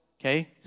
Okay